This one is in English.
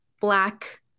black